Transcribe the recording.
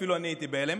אפילו אני הייתי בהלם.